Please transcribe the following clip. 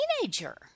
teenager